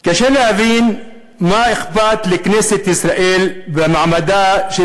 קשה להבין מה אכפת לכנסת ישראל מעמדן של